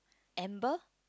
Amber